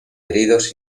heridos